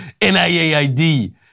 NIAID